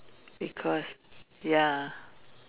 because ya